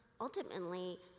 ultimately